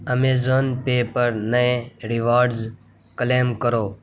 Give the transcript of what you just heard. Amazon pay پر نئے rewards claim کرو